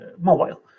Mobile